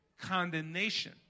condemnation